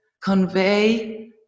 convey